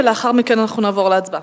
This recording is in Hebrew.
לאחר מכן נעבור להצבעה.